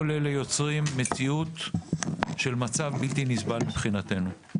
כל אלה יוצרים מציאות של מצב בלתי נסבל מבחינתנו.